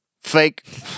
Fake